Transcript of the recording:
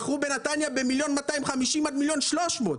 מחיר למשתכן מכר בנתניה ב-1.250 מיליון עד 1.300 מיליון,